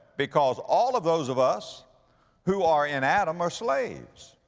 because all of those of us who are in adam are slaves.